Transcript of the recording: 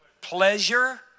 pleasure